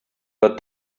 but